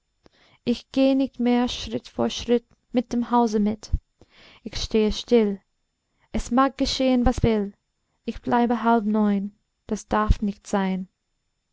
ich geh nicht mehr schritt vor schritt mit dem hause mit ich stehe still es mag geschehen was will ich bleibe halb neun das darf nicht sein